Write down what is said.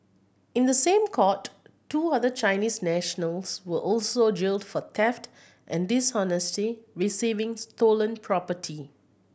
in the same court two other Chinese nationals were also jailed for theft and dishonestly receiving stolen property